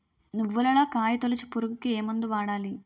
నువ్వులలో కాయ తోలుచు పురుగుకి ఏ మందు వాడాలి?